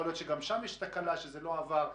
להיות שגם שם יש תקלה שזה לא עבר,